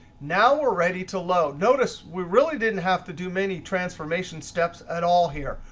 now we're ready to load. notice we really didn't have to do many transformation steps at all here.